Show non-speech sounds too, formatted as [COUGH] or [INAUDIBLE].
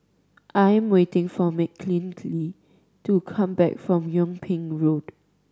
I am waiting for [UNINTELLIGIBLE] to come back from Yung Ping Road